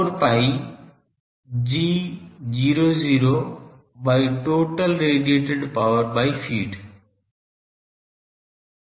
4 pi g00 by total radiated power by feed